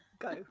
go